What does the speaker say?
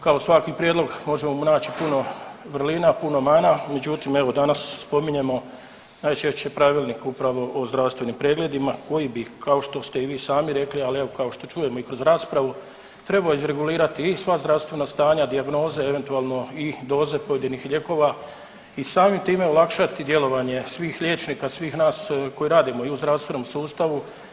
Kao i svaki prijedlog, možemo mu naći puno vrlina, puno mana, međutim, evo, danas spominjemo najčešće pravilnik upravo o zdravstvenim pregledima koji bi, kao što ste i vi sami rekli, ali evo, kao što čujemo i kroz raspravu trebao izregulirati i sva zdravstvena stanja, dijagnoze eventualno i doze pojedinih lijekova i samim time olakšati djelovanje svih liječnika, svih nas koji radimo i u zdravstvenom sustavu.